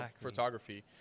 photography